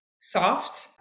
soft